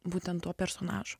būtent tuo personažu